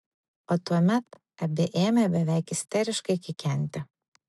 o tuomet abi ėmė beveik isteriškai kikenti